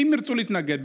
אם ירצו להתנגד,